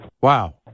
Wow